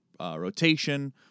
rotation